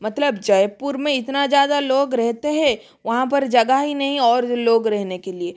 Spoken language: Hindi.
मतलब जयपुर में इतना ज़्यादा लोग रहते हैं वहाँ पर जगह ही नहीं और लोग रहने के लिए